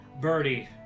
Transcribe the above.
Birdie